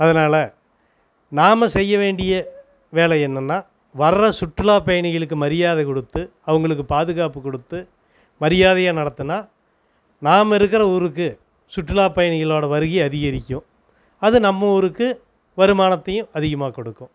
அதனால் நாம் செய்ய வேண்டிய வேலை என்னென்னா வர்ற சுற்றுலா பயணிகளுக்கு மரியாதை கொடுத்து அவங்களுக்கு பாதுகாப்பு கொடுத்து மரியாதையாக நடத்தினா நாம் இருக்கிற ஊருக்கு சுற்றுலா பயணிகளோடய வருகையும் அதிகரிக்கும் அது நம்ம ஊருக்கு வருமானத்தையும் அதிகமாக கொடுக்கும்